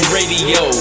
Radio